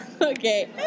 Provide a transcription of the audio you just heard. Okay